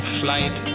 flight